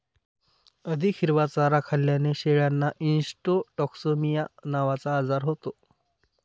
अधिक हिरवा चारा खाल्ल्याने शेळ्यांना इंट्रोटॉक्सिमिया नावाचा आजार होतो